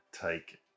take